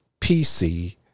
PC